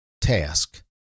task